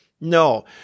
No